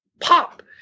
pop